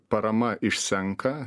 parama išsenka